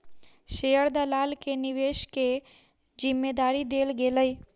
share दलाल के निवेश के जिम्मेदारी देल गेलै